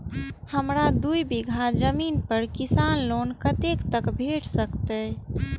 हमरा दूय बीगहा जमीन पर किसान लोन कतेक तक भेट सकतै?